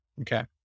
Okay